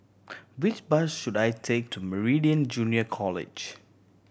which bus should I take to Meridian Junior College